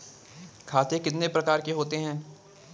खाते कितने प्रकार के होते हैं?